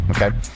okay